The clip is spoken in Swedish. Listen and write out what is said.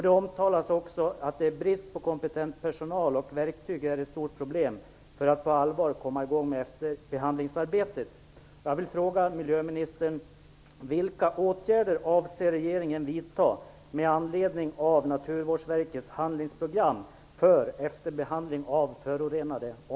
Det omtalas också att brist på kompetent personal och verktyg är ett stort problem för att på allvar komma i gång med efterbehandlingsarbetet.